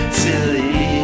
silly